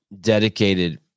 dedicated